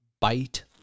bite